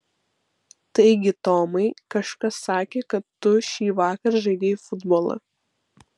taigi tomai kažkas sakė kad tu šįvakar žaidei futbolą